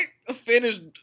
finished